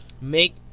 make